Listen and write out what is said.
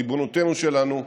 ריבונותנו שלנו,